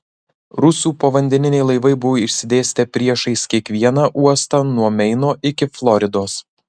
rusų povandeniniai laivai buvo išsidėstę priešais kiekvieną uostą nuo meino iki floridos